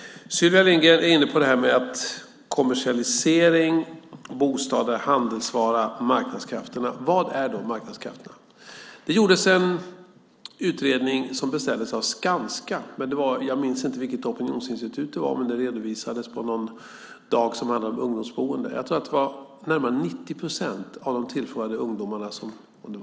Sylvia Lindgren var inne på kommersialisering, bostad som handelsvara och marknadskrafterna. Vad är då marknadskrafterna? Det gjordes en utredning som beställdes av Skanska. Jag minns inte vilket opinionsinstitut det var - kanske Sifo eller Synovate - men resultatet redovisades på någon dag som handlade om ungdomsboende.